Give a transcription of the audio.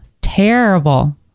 terrible